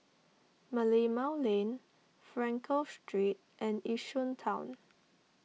Merlimau Lane Frankel Street and Yishun Town